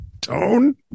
Tone